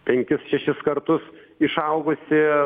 penkis šešis kartus išaugusį